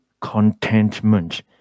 contentment